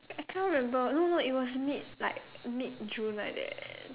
I can't remember no no it was mid like mid June like that